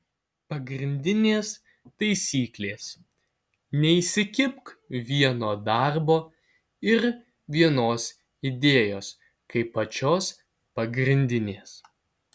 pagrindinės taisyklės neįsikibk vieno darbo ir vienos idėjos kaip pačios pagrindinės